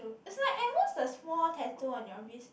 it's like at most the small tattoo on your wrist